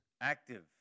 active